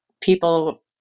people